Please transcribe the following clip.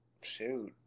Shoot